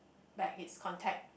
back his contact